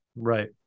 Right